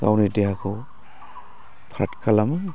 गावनि देहाखौ फ्राथ खालामो